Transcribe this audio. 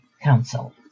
Council